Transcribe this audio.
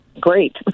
great